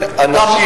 הנשים,